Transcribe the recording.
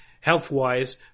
health-wise